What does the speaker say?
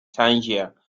tangier